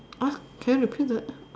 can you repeat the